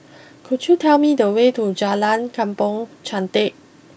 could you tell me the way to Jalan Kampong Chantek